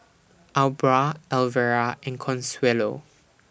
Aubra Alvera and Consuelo